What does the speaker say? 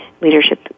leadership